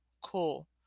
Cool